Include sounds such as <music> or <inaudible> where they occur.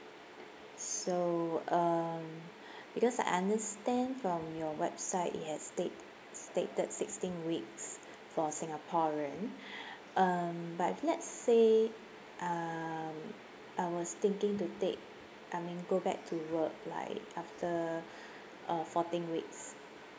so um <breath> because I understand from your website it has state stated sixteen weeks for singaporean <breath> um but let's say um I was thinking to take I mean go back to work like after <breath> uh fourteen weeks